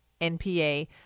NPA